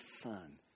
Son